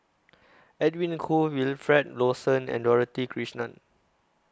Edwin Koo Wilfed Lawson and Dorothy Krishnan